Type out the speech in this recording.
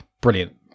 brilliant